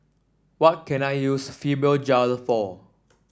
what can I use Fibogel for